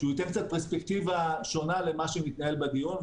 הוא ייתן קצת פרספקטיבה שונה למה שמתנהל בדיון.